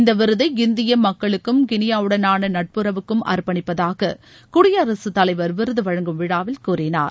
இந்த விருதை இந்திய மக்களுக்கும் கிளியாவுடனான நட்புறவுக்கும் அர்ப்பணிப்பதாக குடியரசுத்தலைவர் விருது வழங்கும் விழாவில் கூறினார்